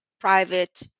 private